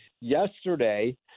Yesterday